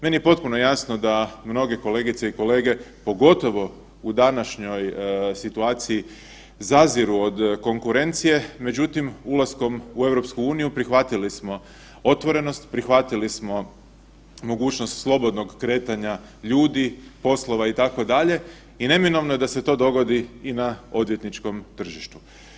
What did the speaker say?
Meni je potpuno jasno da mnoge kolegice i kolege pogotovo u današnjoj situaciji zaziru od konkurencije, međutim ulaskom u EU prihvatili smo otvorenost, prihvatili smo mogućnost slobodnog kretanja ljudi, poslova itd., i neminovno je da se to dogodi i na odvjetničkom tržištu.